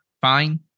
fine